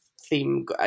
theme